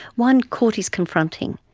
one, court is confronting.